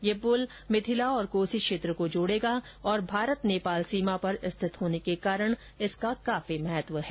यह पुल मिथिला और कोसी क्षेत्र को जोड़ेगा और भारत नेपाल सीमा पर स्थित होने के कारण इसका काफी महत्व है